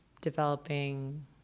developing